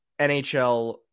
NHL